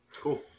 cool